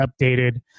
updated